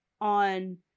on